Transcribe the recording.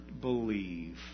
believe